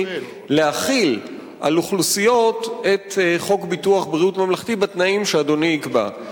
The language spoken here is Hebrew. להחיל על אוכלוסיות את חוק ביטוח בריאות ממלכתי בתנאים שאדוני יקבע,